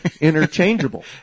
interchangeable